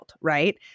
right